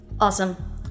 Awesome